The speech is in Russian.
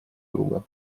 друга